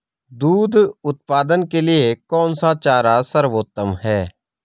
दूध उत्पादन के लिए कौन सा चारा सर्वोत्तम है?